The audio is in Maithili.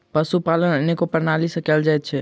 पशुपालन अनेको प्रणाली सॅ कयल जाइत छै